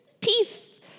Peace